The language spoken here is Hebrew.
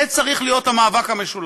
זה צריך להיות המאבק המשולב.